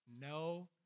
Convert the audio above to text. no